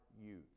Youth